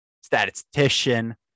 statistician